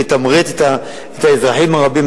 ויתמרץ את האזרחים הרבים.